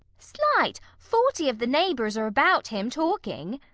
slight, forty of the neighbours are about him, talking.